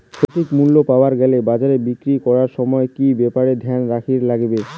সঠিক মূল্য পাবার গেলে বাজারে বিক্রি করিবার সময় কি কি ব্যাপার এ ধ্যান রাখিবার লাগবে?